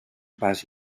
pas